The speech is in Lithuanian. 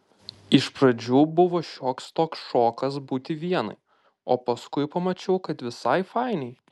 iš pradžių buvo šioks toks šokas būti vienai o paskui pamačiau kad visai fainai